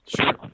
Sure